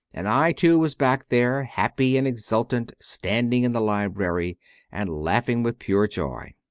and i, too, was back there, happy and exultant, standing in the library and laughing with pure joy.